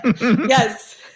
Yes